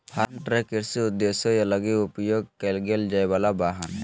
farm truck कृषि उद्देश्यों लगी उपयोग कईल जाय वला वाहन हइ